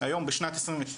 היום בשנת 22,